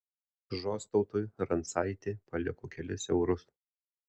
žostautui rancaitė paliko kelis eurus